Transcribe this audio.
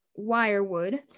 wirewood